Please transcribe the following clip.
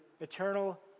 eternal